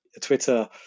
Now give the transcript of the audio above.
twitter